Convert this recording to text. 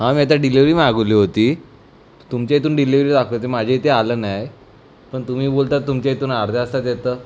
हा मी आता डिलिवरी मागवली होती तुमच्या इथून डिलिवरी दाखवतं आहे माझ्या इथे आलं नाही पण तुम्ही बोलतात तुमच्या इथून अर्ध्या तासात येतं